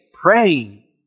Praying